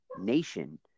nation